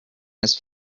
his